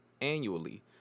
Annually